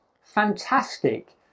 fantastic